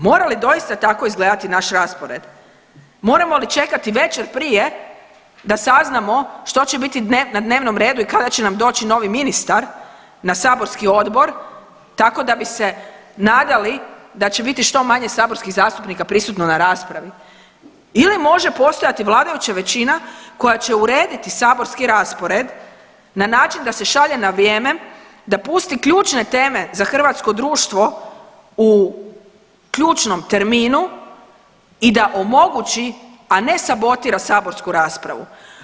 Mora li doista tako izgledati naš raspored, moramo li čekati večer prije da saznamo što će biti na dnevnom redu i kada će nam doći novi ministar na saborski odbor tako da bi se nadali da će biti što manje saborskih zastupnika prisutno na raspravi ili može postojati vladajuća većina koja će urediti saborski raspored na način da se šalje na vrijeme da pusti ključne teme za hrvatsko društvo u ključnom terminu i da omogući, a ne sabotira saborsku raspravu?